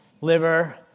liver